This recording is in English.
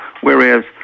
whereas